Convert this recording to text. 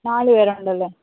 നാല് പേരുണ്ടല്ലേ